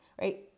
right